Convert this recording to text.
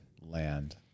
land